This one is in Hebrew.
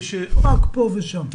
רק פה ושם.